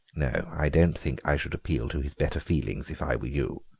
no, i don't think i should appeal to his better feelings if i were you.